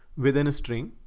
within a string,